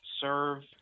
serve